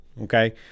Okay